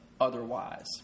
otherwise